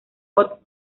pop